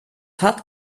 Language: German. hat